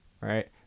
right